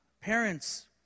parents